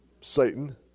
Satan